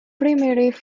primitive